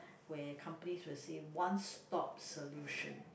where companies will say one stop solution